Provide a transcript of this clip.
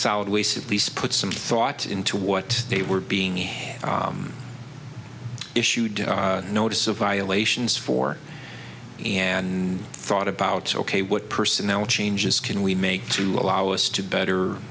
solid waste at least put some thought into what they were being a have issued notice of violations for and thought about ok what personnel changes can we make to allow us to better